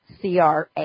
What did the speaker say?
CRA